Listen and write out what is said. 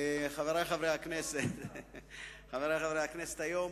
חבר הכנסת זאב